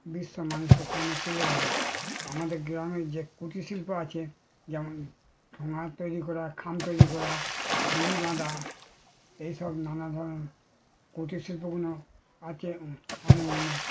বিশ্বের মানুষের সামনে তুলে ধরে আমাদের গ্রামের যে কুটির শিল্প আছে যেমন ঠোঙা তৈরি করা খাম তৈরি করা বিড়ি বাঁধা এসব নানা ধরনের কুটির শিল্পগুলো আছে অনেক উন্নত